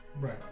right